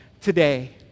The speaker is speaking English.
today